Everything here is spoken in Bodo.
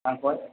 आंखौहाय